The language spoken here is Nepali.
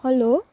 हेलो